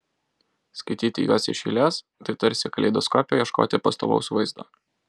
skaityti juos iš eilės tai tarsi kaleidoskope ieškoti pastovaus vaizdo